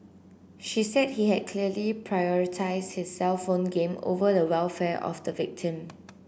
she said he had clearly prioritised his cellphone game over the welfare of the victim